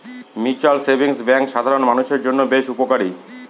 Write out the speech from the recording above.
mutual savings bank সাধারন মানুষের জন্য বেশ উপকারী